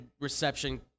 reception